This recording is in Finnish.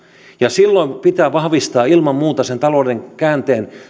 ja silloin pitää vahvistaa ilman muuta sen talouden käänteen